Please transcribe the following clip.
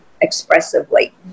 expressively